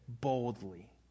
boldly